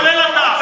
כולל אתה.